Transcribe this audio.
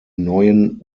neuen